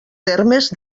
termes